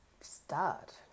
start